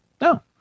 No